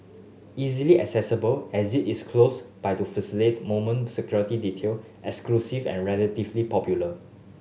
easily accessible exit is close by to facilitate moment security detail exclusive and relatively popular